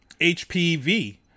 HPV